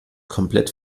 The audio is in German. komplett